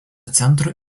centro